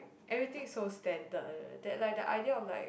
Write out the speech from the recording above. everything is so standard that like the idea of like